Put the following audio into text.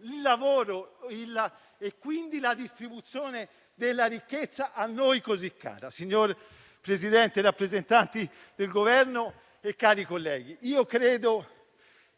il lavoro e quindi la distribuzione della ricchezza a noi così cara. Signor Presidente, rappresentanti del Governo, cari colleghi, credo